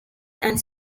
and